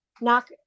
knock